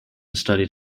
studied